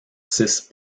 six